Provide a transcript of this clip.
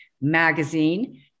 magazine